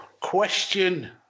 question